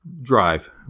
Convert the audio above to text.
Drive